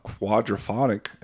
quadraphonic